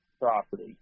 property